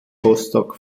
rostock